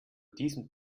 diesem